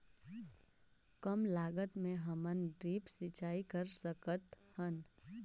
कम लागत मे हमन ड्रिप सिंचाई कर सकत हन?